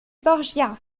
borgia